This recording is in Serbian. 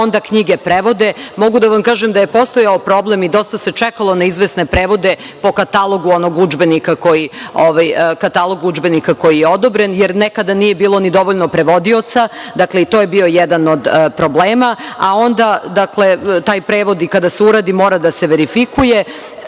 onda knjige prevode. Mogu da vam kažem da je postojao problem i dosta se čekalo na izvesne prevode po katalogu udžbenika koji je odobren, jer nekada nije bilo ni dovoljno prevodioca. I to je bio jedan od problema, a onda, taj prevod i kada se uradi, mora da se verifikuje. Što